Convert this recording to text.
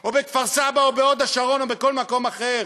או בכפר-סבא או בהוד-השרון או בכל מקום אחר.